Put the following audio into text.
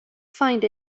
find